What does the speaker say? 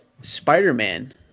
Spider-Man